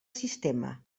sistema